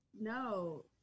No